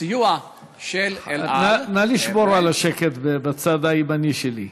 סיוע של "אל על" נא לשמור על השקט בצד הימני שלי.